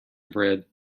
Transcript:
bread